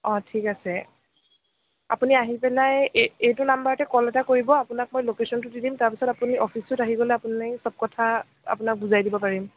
অঁ ঠিক আছে আপুনি আহি পেলাই এই এইটো নাম্বাৰতে কল এটা কৰিব আপোনাক মই লোকেচনটো দি দিম তাৰপিছত আপুনি অফিচটোত আহি পেলাই আপুনি চব কথা আপোনাক বুজাই দিব পাৰিম